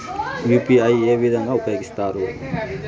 UPI ఏ విధంగా ఉపయోగిస్తారు?